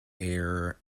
air